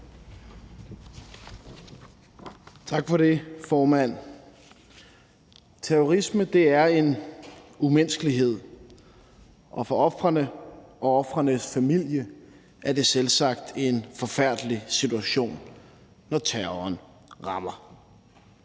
Tak for det, formand. Terrorisme er en umenneskelighed, og for ofrene og ofrenes familie er det selvsagt en forfærdelig situation, når terroren rammer.